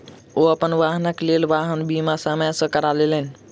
ओ अपन वाहनक लेल वाहन बीमा समय सॅ करा लेलैन